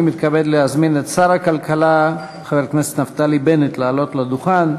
אני מתכבד להזמין את שר הכלכלה חבר הכנסת נפתלי בנט לעלות לדוכן.